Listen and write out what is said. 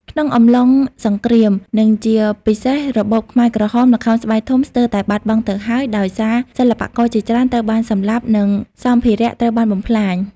ក្នុងអំឡុងសង្គ្រាម និងជាពិសេសរបបខ្មែរក្រហម ល្ខោនស្បែកធំស្ទើរតែបាត់បង់ទៅហើយ ដោយសារសិល្បករជាច្រើនត្រូវបានសម្លាប់ និងសម្ភារៈត្រូវបានបំផ្លាញ ។